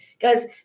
guys